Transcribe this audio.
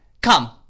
come